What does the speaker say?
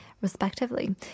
Respectively